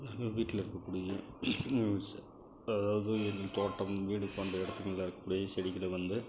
நம்ம வீட்டில் இருக்கக்கூடிய அதாவது தோட்டம் வீடு போன்ற இடங்களில் இருக்கக்கூடிய செடிகளை வந்து